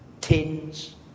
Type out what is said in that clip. tins